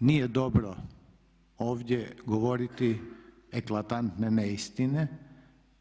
Nije dobro ovdje govoriti eklatantne neistine